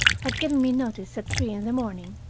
had given me notice at three in the morning,